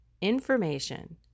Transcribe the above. information